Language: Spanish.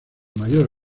mayor